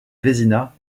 vézina